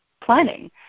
planning